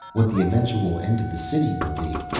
what the eventual end of the city will be,